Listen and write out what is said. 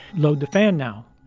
load the fan now.